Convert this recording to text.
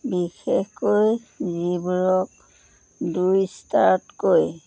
বিশেষকৈ যিবোৰক দুই ষ্টাৰতকৈ